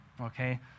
Okay